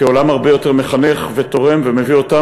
כעולם הרבה יותר מחנך ותורם ומביא גם